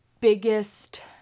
biggest